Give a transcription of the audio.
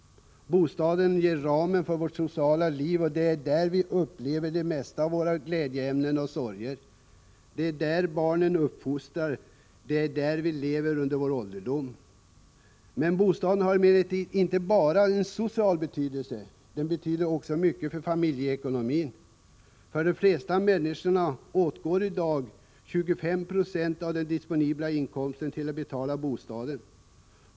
Bostaden ger ramen för vårt sociala liv, och det är där vi upplever merparten av våra glädjeämnen och sorger. Det är där barn uppfostras, och det är där vi lever under vår ålderdom. Bostaden har emellertid inte bara en social betydelse. Den betyder också mycket för familjeekonomin. De flesta människor använder i dag 25 90 av den disponibla inkomsten till att betala bostaden.